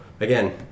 again